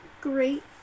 great